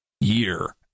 year